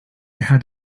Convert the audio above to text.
had